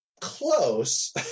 Close